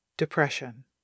Depression